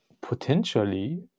potentially